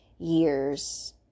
years